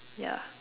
yeah